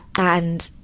and,